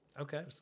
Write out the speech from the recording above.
Okay